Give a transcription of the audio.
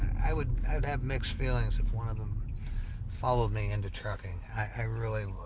i would i would have mixed feelings if one of them followed me into trucking. i really